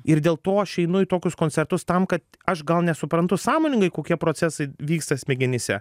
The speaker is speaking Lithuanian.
ir dėl to aš einu į tokius koncertus tam kad aš gal nesuprantu sąmoningai kokie procesai vyksta smegenyse